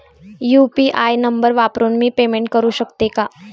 UPI number वापरून मी payment करू शकते का?